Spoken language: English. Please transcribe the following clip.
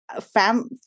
fam